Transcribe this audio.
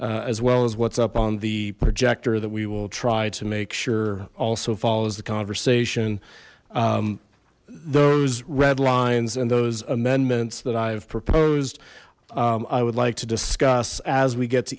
as well as what's up on the projector that we will try to make sure also follows the conversation those red lines and those amendments that i've proposed i would like to discuss as we get to